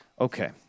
Okay